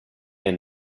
and